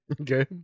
Okay